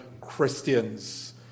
Christians